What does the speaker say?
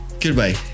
Goodbye